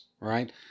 right